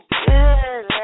good